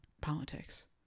politics